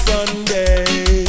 Sunday